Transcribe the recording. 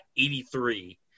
83